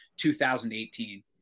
2018